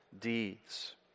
deeds